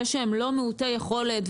זה שהם לא מעוטי יכולת,